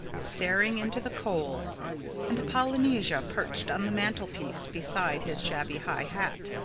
staring into the coals and polynesia perched on the mantlepiece beside his shabby high hat,